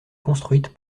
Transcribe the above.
construite